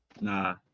Nah